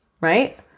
right